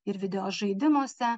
ir video žaidimuose